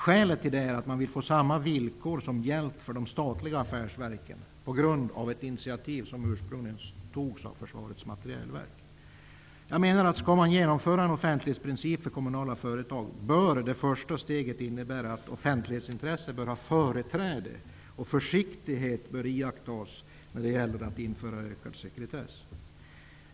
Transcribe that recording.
Skälet är att man vill ha samma villkor som hjälp för de statliga affärsverken på grund av ett initiativ som ursprungligen togs av Försvarets materielverk. Om man skall införa en offentlighetsprincip för kommunala företag bör det första steget gälla att offentlighetsintresset bör ha företräde. Försiktighet bör iakttas när det gäller att införa ökad sekretess.